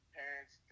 parents